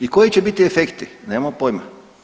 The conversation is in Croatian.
I koji će biti efekti, nemamo pojma.